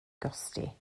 gostio